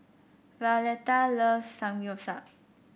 Violetta loves Samgyeopsal